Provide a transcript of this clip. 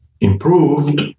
improved